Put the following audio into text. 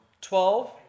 twelve